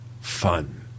fun